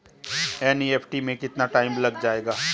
NEFT में कितना time लग जाएगा?